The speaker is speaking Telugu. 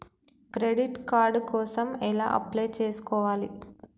క్రెడిట్ కార్డ్ కోసం ఎలా అప్లై చేసుకోవాలి?